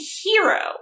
hero